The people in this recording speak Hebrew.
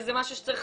וזה משהו שצריך